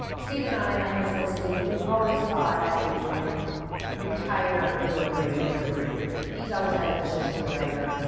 steve and i, my husband steve, we've always thought that we would retire into a creative career. he's always had ambitions to be a writer,